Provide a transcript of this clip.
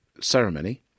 ceremony